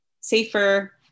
safer